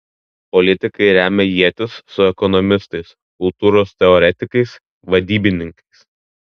politikai remia ietis su ekonomistais kultūros teoretikais vadybininkais